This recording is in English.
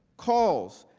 calls,